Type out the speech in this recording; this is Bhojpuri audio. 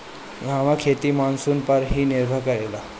इहवा खेती मानसून पअ ही निर्भर करेला